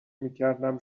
میکردم